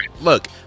look